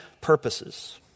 purposes